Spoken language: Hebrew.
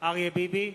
אריה ביבי,